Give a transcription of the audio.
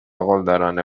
قلدرانه